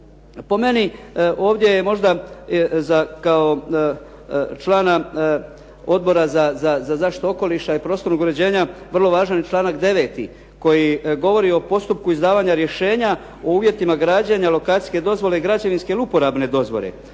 Po meni ovdje je možda kao člana Odbora za zaštitu okoliša i prostornog uređenja vrlo važan i članak 9. koji govori o postupku izdavanja rješenja o uvjetima građenja, lokacijske dozvole i građevinske ili uporabne dozvole